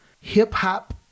hip-hop